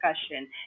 discussion